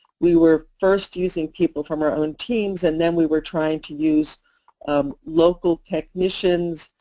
we were first using people from our own teams and then we were trying to use um local technicians,